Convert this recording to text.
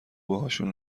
باهاشون